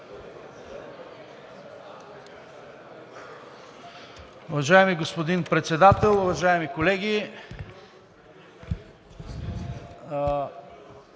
Уважаеми господи Председател, уважаеми колеги!